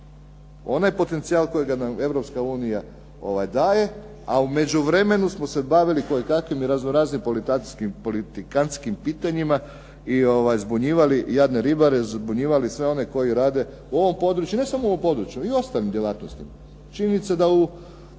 onaj potencijal kojega nam Europska unija daje, a u međuvremenu smo se bavili kojekakvim i raznoraznim politikantskim pitanjima i zbunjivali jadne ribare, zbunjivali sve oni koji rade u ovom području. Ne samo u ovom području, i u ostalim djelatnostima. Činjenica je da u